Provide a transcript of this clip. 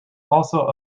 also